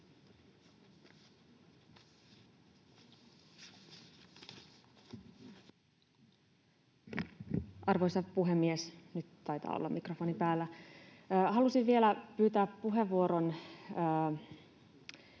Arvoisa puhemies! Nyt taitaa olla mikrofoni päällä. — Halusin vielä pyytää puheenvuoron